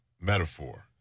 metaphor